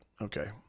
Okay